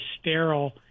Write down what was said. sterile